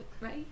right